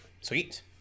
Sweet